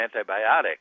antibiotic